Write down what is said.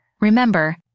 Remember